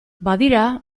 badira